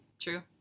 True